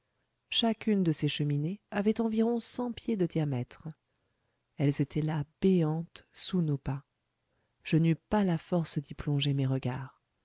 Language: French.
chacune de ces cheminées avait environ cent pieds de diamètre elles étaient là béantes sous nos pas je n'eus pas la force d'y plonger mes regards